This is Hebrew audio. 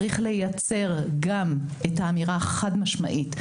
צריך לייצר גם את האמירה החד משמעית,